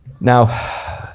Now